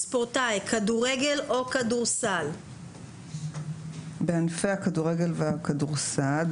ספורטאי כדורגל או כדורסל --- בענפי הכדורגל והכדורסל,